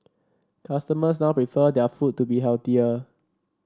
customers now prefer their food to be healthier